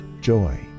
joy